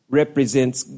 represents